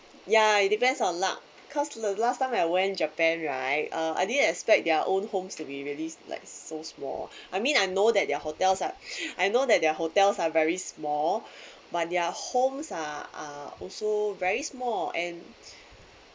ya it depends on luck cause la~ last time I went japan right uh I didn't expect their own homes to be really like so small I mean I know that their hotels are I know that their hotels are very small but their homes are are also very small and